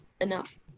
enough